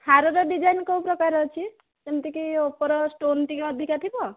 ହାରର design କେଉଁ ପ୍ରକାର ଅଛି ଯେମିତି କି ଉପର ଷ୍ଟୋନ୍ ଟିକିଏ ଅଧିକା ଥିବ